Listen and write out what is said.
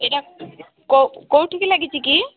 ଏଇଟା କେଉଁ କେଉଁଠିକି ଲାଗିଛି କି